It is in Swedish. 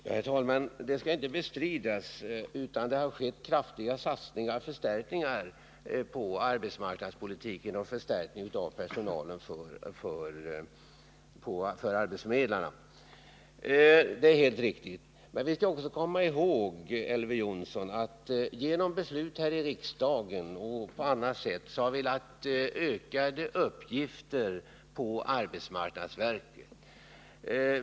Herr talman! Det skall inte bestridas att kraftiga satsningar har gjorts inom arbetsmarknadspolitiken och att arbetsförmedlingarna fått personalförstärkningar. Detta är helt riktigt. Men vi skall också komma ihåg, Elver Jonsson, att vi genom beslut här i riksdagen och på annat sätt har lagt ökade uppgifter på arbetsmarknadsverket.